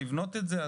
לבנות את זה.